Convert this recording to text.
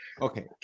Okay